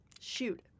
shoot